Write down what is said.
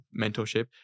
mentorship